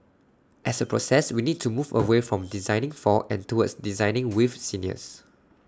as A process we need to move away from designing for and towards designing with seniors